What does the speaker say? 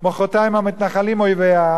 מחרתיים המתנחלים אויבי העם,